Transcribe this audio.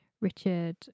Richard